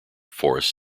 forest